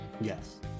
Yes